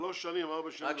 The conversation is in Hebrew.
שלוש, ארבע שנים לוקח.